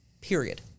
period